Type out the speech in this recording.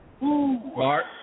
Mark